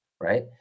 right